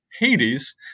Hades